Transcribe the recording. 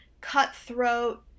cutthroat